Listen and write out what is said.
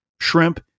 shrimp